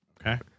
Okay